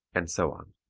and so on.